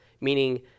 meaning